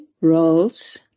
roles